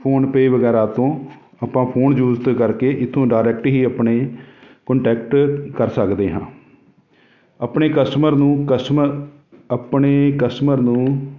PhonePe ਵਗੈਰਾ ਤੋਂ ਆਪਾਂ ਫੋਨ ਯੂਜ ਕਰਕੇ ਇੱਥੋਂ ਡਾਇਰੈਕਟ ਹੀ ਆਪਣੇ ਕੋਂਟੈਕਟ ਕਰ ਸਕਦੇ ਹਾਂ ਆਪਣੇ ਕਸਟਮਰ ਨੂੰ ਕਸਟਮਰ ਆਪਣੇ ਕਸਟਮਰ ਨੂੰ